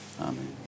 Amen